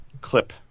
clip